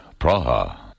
Praha